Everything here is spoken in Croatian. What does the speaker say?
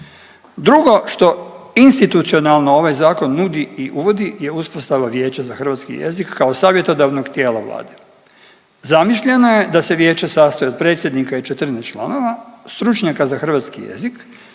Drugo što institucionalno ovaj zakon nudi i uvodi je uspostava Vijeća za hrvatski jezik kao savjetodavnog tijela Vlade. Zamišljeno je da se vijeće sastoji od predsjednika i 14 članova, stručnjaka za hrvatski jezik